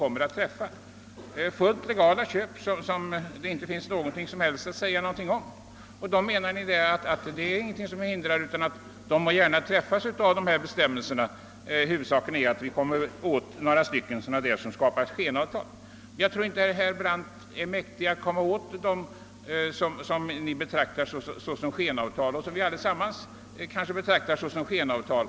Det gäller fullt legala köp som det inte finns något som helst negativt att säga om, och Ni menar tydligen att dessa gärna må träffas av de här bestämmelserna. Huvudsaken tycks vara att kunna komma åt några som gjort skenavtal, men jag tror inte att herr Brandt är mäktig att komma åt vad Ni, och kanske vi allesammans, betraktar som skenavtal.